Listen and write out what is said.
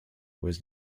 was